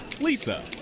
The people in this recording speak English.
Lisa